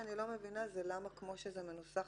שאני לא מבינה זה למה כמו שזה מנוסח